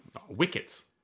Wickets